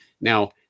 Now